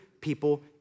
people